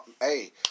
hey